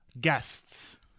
guests